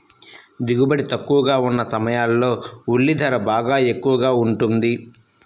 దిగుబడి తక్కువగా ఉన్న సమయాల్లో ఉల్లి ధర బాగా ఎక్కువగా ఉంటుంది